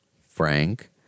Frank